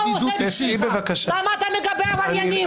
למה אתה מגבה עבריינים?